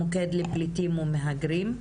המוקד לפליטים ומהגרים.